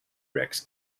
rex